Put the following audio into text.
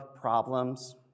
problems